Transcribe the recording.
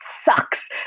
sucks